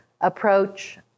approach